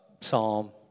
psalm